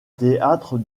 théâtre